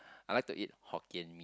I like to eat Hokkien-Mee